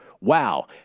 wow